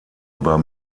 über